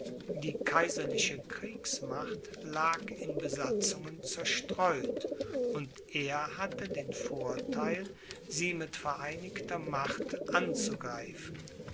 die kaiserliche kriegsmacht lag in besatzungen zerstreut und er hatte den vortheil sie mit vereinigter macht anzugreifen